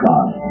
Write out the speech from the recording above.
God